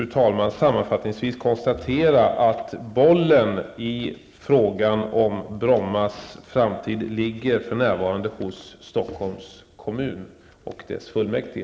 Vi får nog sammanfattningsvis konstatera att bollen i frågan om Brommas framtid för närvarande ligger hos Stockholms kommun och dess fullmäktige.